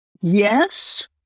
Yes